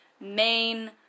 main